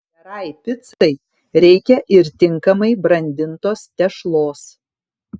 gerai picai reikia ir tinkamai brandintos tešlos